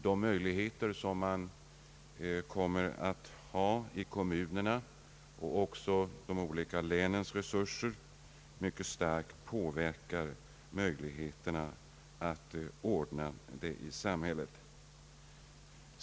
Även kommunernas och länens resurser påverkar mycket starkt möjligheterna att skapa ett välordnat samhälle.